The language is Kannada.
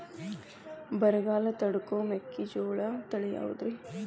ಬರಗಾಲ ತಡಕೋ ಮೆಕ್ಕಿಜೋಳ ತಳಿಯಾವುದ್ರೇ?